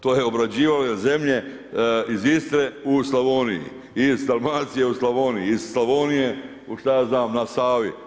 To je, obrađivao je zemlje iz Istre u Slavoniji i iz Dalmacije u Slavoniji, iz Slavonije u šta ja znam na Savi.